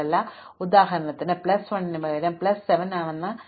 അതിനാൽ ഉദാഹരണത്തിന് പ്ലസ് 1 ന് പകരം ഇത് പ്ലസ് 7 ആണെന്ന് ഞാൻ പറഞ്ഞു ശരിയാണ്